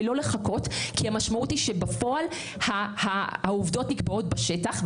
לא לחכות כי המשמעות היא שבפועל העובדות נקבעות בשטח.